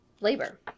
labor